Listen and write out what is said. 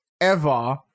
ever-